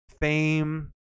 fame